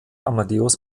amadeus